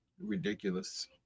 ridiculous